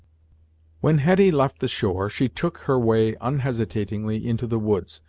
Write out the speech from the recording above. when hetty left the shore, she took her way unhesitatingly into the woods,